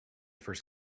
first